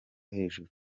hejuru